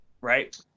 right